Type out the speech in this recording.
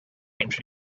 trees